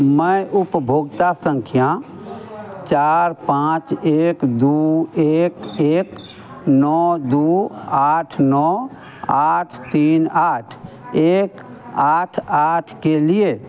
मैं उपभोक्ता संख्या चार पाँच एक दो एक एक नौ दो आठ नौ आठ तीन आठ एक आठ आठ के लिए